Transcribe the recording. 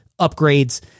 upgrades